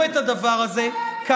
את הדבר הזה ----- חברת הכנסת גוטליב.